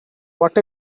what